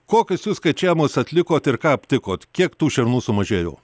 kokius jūs skaičiavimus atlikot ir ką aptikot kiek tų šernų sumažėjo